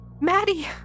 Maddie